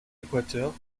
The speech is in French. équateur